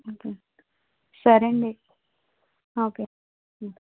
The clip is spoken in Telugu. ఓకే సరేండి ఓకే